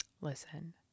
listen